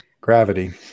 gravity